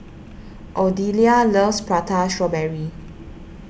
Odelia loves Prata Strawberry